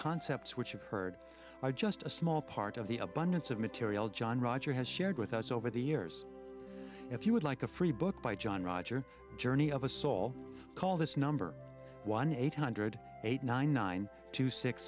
concepts which you've heard are just a small part of the abundance of material john roger has shared with us over the years if you would like a free book by john roger journey of a soul call this number one eight hundred eight nine nine two six